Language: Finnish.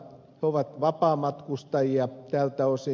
he ovat vapaamatkustajia tältä osin